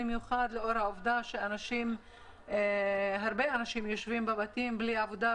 במיוחד לאור העובדה שהרבה אנשים יושבים בבתים בלי עבודה,